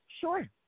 Sure